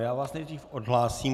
Já vás nejdřív odhlásím.